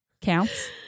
Counts